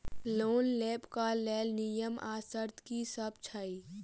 Loan लेबऽ कऽ लेल नियम आ शर्त की सब छई?